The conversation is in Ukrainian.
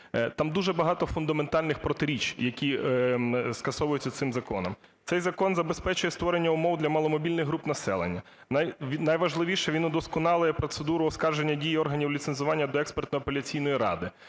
там дуже багато фундаментальних протиріч, які скасовуються цим законом. Цей закон забезпечує створення умов для маломобільних груп населення. Найважливіше, він удосконалює процедуру оскарження дій органів ліцензування до Експертно-апеляційної ради.